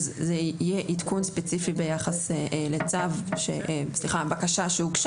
זה יהיה עדכון ספציפי ביחס לבקשה שהוגשה